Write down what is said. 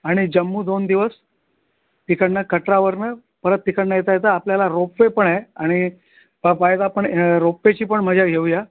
आणि जम्मू दोन दिवस तिकडून कटरावरून परत तिकडून येता येतं आपल्याला रोपवे पण आहे आणि पा पाहिजे तर आपण रोपवेची पण मजा घेऊया